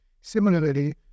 Similarly